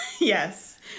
Yes